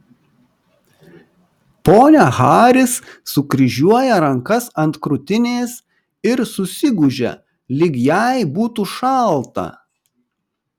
ponia haris sukryžiuoja rankas ant krūtinės ir susigūžia lyg jai būtų šalta